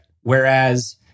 Whereas